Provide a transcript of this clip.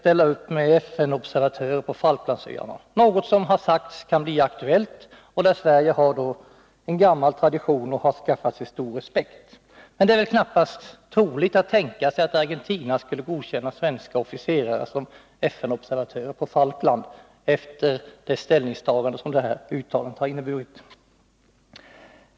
ställa upp med FN-observatörer på Falklandsöarna, något som sägs kunna bli aktuellt och i vilket sammanhang Sverige har en gammal tradition och skaffat sig stor respekt? Det är väl knappast troligt att Argentina skulle godkänna svenska officerare som FN-observatörer på Falklandsöarna efter det ställningstagande som detta uttalande har inneburit.